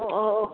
ഓ ഓ